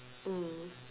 mm